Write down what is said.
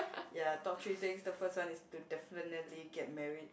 ya top three things the first one is to definitely get married